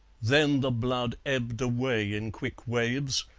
then the blood ebbed away in quick waves,